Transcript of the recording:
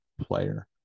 player